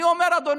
אני אומר, אדוני,